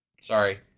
Sorry